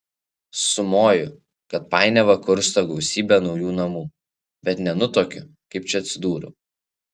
sumoju kad painiavą kursto gausybė naujų namų bet nenutuokiu kaip čia atsidūriau